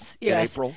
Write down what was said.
Yes